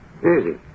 Easy